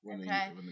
Okay